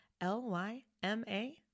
L-Y-M-A